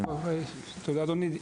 תודה, אדוני.